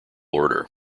order